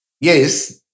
Yes